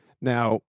Now